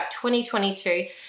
2022